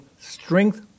strength